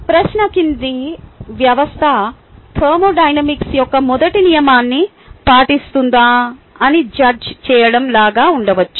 ప్రశ్న కింది వ్యవస్థ థర్మోడైనమిక్స్ యొక్క మొదటి నియమాన్ని పాటిస్తుందా అని జడ్జ్ చేయడం లాగా ఉండవచ్చు